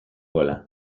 gola